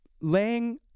laying